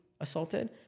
assaulted